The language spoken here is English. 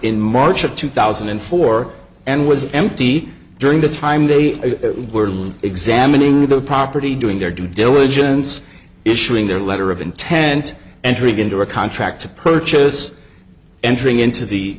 in march of two thousand and four and was empty during the time they were examining the property doing their due diligence issuing their letter of intent entering into a contract to purchase entering into the